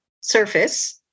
surface